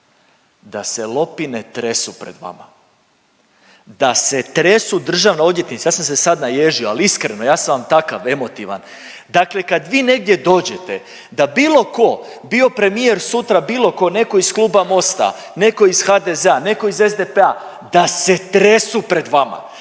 Da se lopine tresu pred vama, da se tresu, državna odvjetnice, ja sam se sad naježio, ali iskreno, ja sam vam takav, emotivan, dakle kad vi negdje dođete, da bilo tko, bio premijer sutra, bilo tko, netko iz Kluba Mosta, netko iz HDZ-a, netko iz SDP-a, da se tresu pred vama,